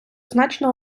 значно